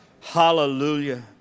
Hallelujah